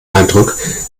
eindruck